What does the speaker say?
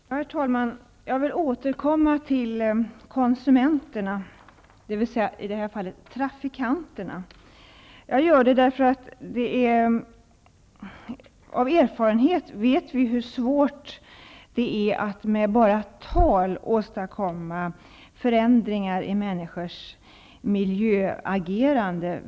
Herr talman! Jag vill återkomma till konsumenterna, dvs. i detta fall trafikanterna. Jag gör det eftersom vi av erfarenhet vet hur svårt det är att med bara tal åstadkomma förändringar i människors miljöagerande.